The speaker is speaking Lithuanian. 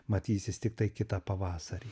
matysis tiktai kitą pavasarį